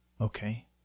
Okay